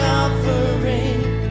offering